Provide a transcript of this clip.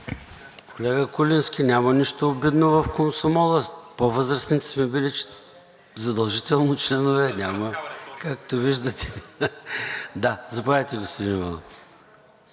Колега Куленски, няма нищо обидно в Комсомола. По-възрастните сме били задължително членове. Няма, както виждате. Заповядайте, господин